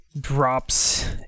drops